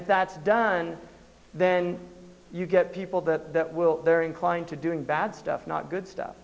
if that's done then you get people that will they're inclined to doing bad stuff not good stuff